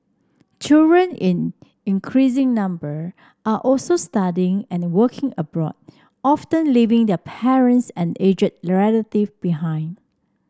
children in increasing number are also studying and working abroad often leaving their parents and aged relatives behind